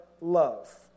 love